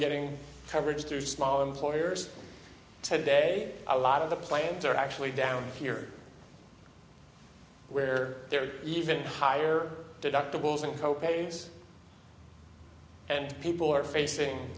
getting coverage through small employers today a lot of the plans are actually down here where there are even higher deductibles and co pays and people are